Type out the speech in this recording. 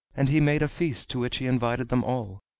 and he made a feast to which he invited them all,